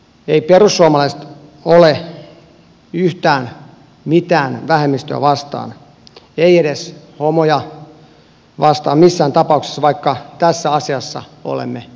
eivät perussuomalaiset ole yhtään mitään vähemmistöä vastaan eivät edes homoja vastaan missään tapauksessa vaikka tässä asiassa olemme eri mieltä